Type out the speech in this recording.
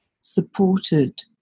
supported